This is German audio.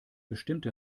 bestimmte